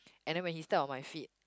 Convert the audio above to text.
and then when he step on my feet